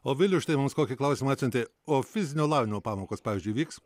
o vilius štai mums kokį klausimą atsiuntė o fizinio lavinimo pamokos pavyzdžiui vyks